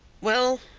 well,